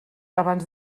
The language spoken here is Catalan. abans